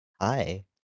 Hi